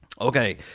okay